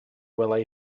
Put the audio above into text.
welai